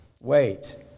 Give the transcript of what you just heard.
Wait